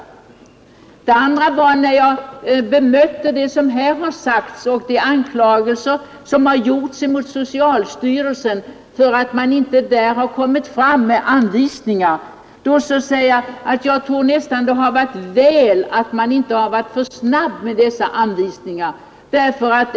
För det andra: när jag bemötte de anklagelser som riktats mot socialstyrelsen för att den inte fått fram anvisningarna snabbt, så gjorde jag det med orden att det var kanske bra att man inte varit för snabb med dessa anvisningar.